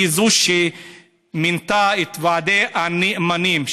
כי היא שמינתה את ועדי הנאמנים,